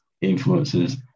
influences